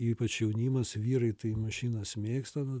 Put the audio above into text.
ypač jaunimas vyrai tai mašinas mėgsta